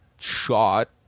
shot